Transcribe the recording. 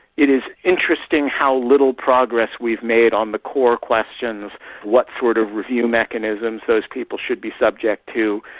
it is interesting how little progress we've made on the core questions what sort of review mechanisms those people should be subject to,